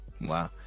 Wow